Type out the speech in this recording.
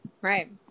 Right